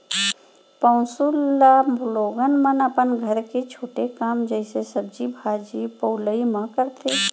पौंसुल ल लोगन मन अपन घर के छोटे काम जइसे सब्जी भाजी पउलई म करथे